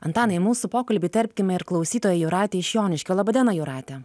antanai į mūsų pokalbį įterpkime ir klausytoją jūratę iš joniškio laba diena jūrate